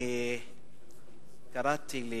קראתי את